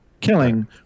killing